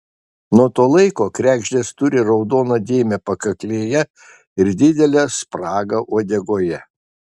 nuo to laiko kregždės turi raudoną dėmę pakaklėje ir didelę spragą uodegoje